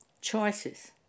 Choices